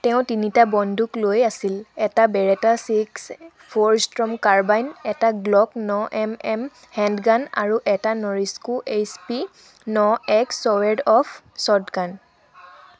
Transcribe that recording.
তেওঁ তিনিটা বন্দুক লৈ আছিল এটা Beretta six four storm carbine এটা গ্লক ন এমএম হেণ্ডগান আৰু এটা নৰিস্কো এইচ পি ন এক ছৱেৰ্ড অফ শ্বৰ্টগান